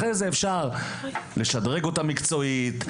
אחרי זה אפשר לשדרג אותן מקצועית,